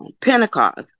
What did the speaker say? Pentecost